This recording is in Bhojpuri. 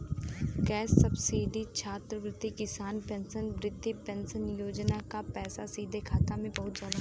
गैस सब्सिडी छात्रवृत्ति किसान पेंशन वृद्धा पेंशन योजना क पैसा सीधे खाता में पहुंच जाला